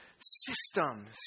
systems